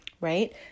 right